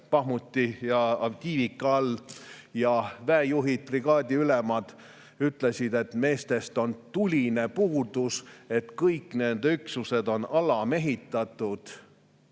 Bahmuti ja Avdijivka all. Seal väejuhid, brigaadiülemad ütlesid, et meestest on tuline puudus, kõik nende üksused on alamehitatud.